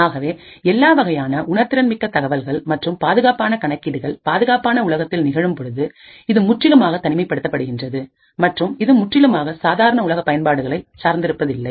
ஆகவே எல்லா வகையான உணர்திறன் மிக்க தகவல்கள் மற்றும் பாதுகாப்பான கணக்கீடுகள் பாதுகாப்பான உலகத்தில் நிகழும் பொழுது இது முற்றிலுமாக தனிமைப் படுத்தப்படுகின்றது மற்றும் இது முற்றிலுமாக சாதாரண உலக பயன்பாடுகளை சார்ந்திருப்பதில்லை